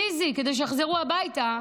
פיזי, כדי שיחזרו הביתה,